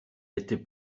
été